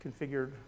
configured